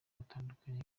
batandukanye